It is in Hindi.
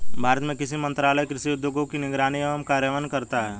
भारत में कृषि मंत्रालय कृषि उद्योगों की निगरानी एवं कार्यान्वयन करता है